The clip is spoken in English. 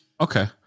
Okay